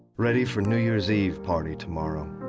ready for new year's eve party tomorrow.